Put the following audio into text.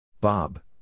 Bob